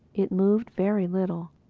it moved very little.